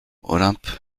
olympe